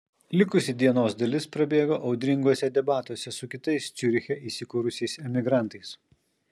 likusi dienos dalis prabėgo audringuose debatuose su kitais ciuriche įsikūrusiais emigrantais